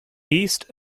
east